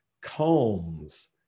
calms